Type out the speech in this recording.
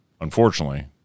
Unfortunately